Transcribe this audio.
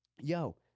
yo